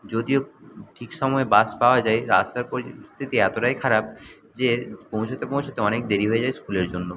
যদিও ঠিক সময়ে বাস পাওয়া যায় রাস্তার পরিস্থিতি এতোটাই খারাপ যে পৌঁছতে পৌঁছতে অনেক দেরি হয়ে যায় স্কুলের জন্য